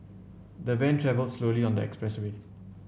the van travelled slowly on the expressway